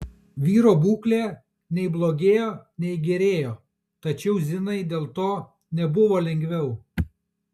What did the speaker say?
vyro būklė nei blogėjo nei gerėjo tačiau zinai dėl to nebuvo lengviau